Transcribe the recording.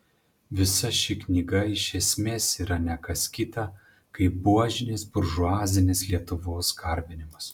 visa ši knyga iš esmės yra ne kas kita kaip buožinės buržuazinės lietuvos garbinimas